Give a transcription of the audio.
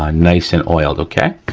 um nice and oiled, okay.